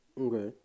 Okay